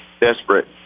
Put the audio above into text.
desperate